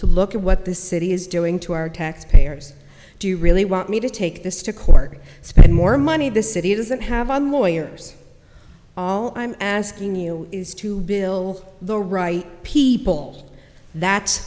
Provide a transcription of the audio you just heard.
to look at what the city is doing to our tax payers do you really want me to take this to court spend more money the city doesn't have on lawyers all i'm asking you is to bill the right people